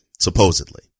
supposedly